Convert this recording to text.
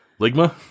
Ligma